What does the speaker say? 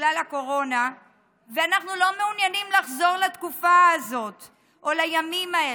הקורונה ואנחנו לא מעוניינים לחזור לתקופה הזאת או לימים האלה.